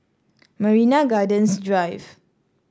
Marina Gardens Drive